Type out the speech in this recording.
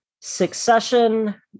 Succession